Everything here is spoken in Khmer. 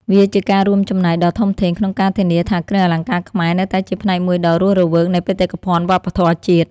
វាជាការរួមចំណែកដ៏ធំធេងក្នុងការធានាថាគ្រឿងអលង្ការខ្មែរនៅតែជាផ្នែកមួយដ៏រស់រវើកនៃបេតិកភណ្ឌវប្បធម៌ជាតិ។